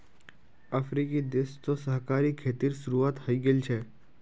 अफ्रीकी देश तो सहकारी खेतीर शुरुआत हइ गेल छ